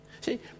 See